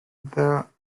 the